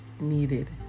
needed